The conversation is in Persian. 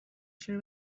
چرا